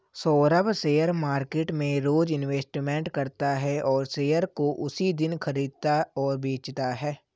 Saurabh share market में रोज investment करता है और शेयर को उसी दिन खरीदता और बेचता है